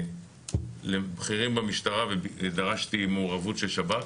פניתי לבכירים במשטרה ודרשתי מעורבות של שב"כ.